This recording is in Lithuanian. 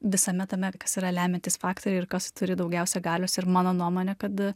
visame tame kas yra lemiantys faktoriai ir kas turi daugiausia galios ir mano nuomone kad